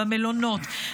במלונות,